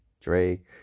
Drake